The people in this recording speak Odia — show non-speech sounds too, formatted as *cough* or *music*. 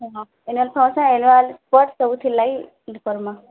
ହଁ ଆନୁଆଲ୍ ଫଙ୍କସନ୍ ଆନୁଆଲ୍ ସ୍ପୋର୍ଟସ୍ ସବୁ ଥିଲା କି *unintelligible* କର୍ମା